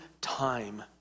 time